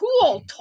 cool